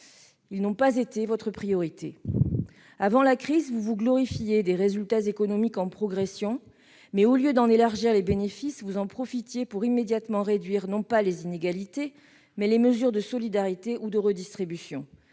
Ils n'ont pas été votre priorité. Avant la crise, vous vous glorifiiez de résultats économiques en progression, mais, au lieu d'en élargir les bénéfices, vous en profitiez pour immédiatement réduire non pas les inégalités, mais les mesures de solidarité ou de redistribution,